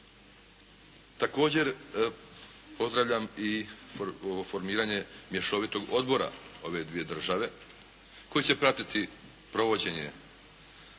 Također, pozdravljam i oformiranje mješovitog odbora ove dvije države koje će pratiti provođenje